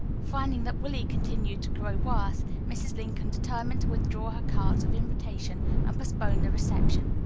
finding that willie continued to grow worse, mrs. lincoln determined to withdraw her cards of invitation and postpone the reception.